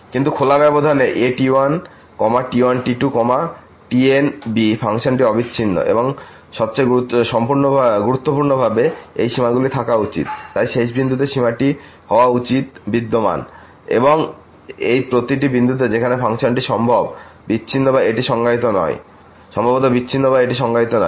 কিন্তু খোলা ব্যবধানে at1 t1t2 এবং tn b ফাংশনটি অবিচ্ছিন্ন এবং সবচেয়ে গুরুত্বপূর্ণভাবে এই সীমাগুলি থাকা উচিত তাই শেষ বিন্দুতে সীমাটি হওয়া উচিত বিদ্যমান এবং এই প্রতিটি বিন্দুতে যেখানে ফাংশনটি সম্ভবত বিচ্ছিন্ন বা এটি সংজ্ঞায়িত নয়